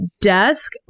desk